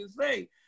say